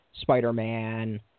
Spider-Man